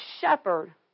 shepherd